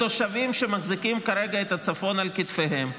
התושבים שמחזיקים כרגע את הצפון על כתפיהם,